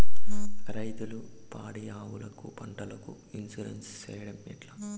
రైతులు పాడి ఆవులకు, పంటలకు, ఇన్సూరెన్సు సేయడం ఎట్లా?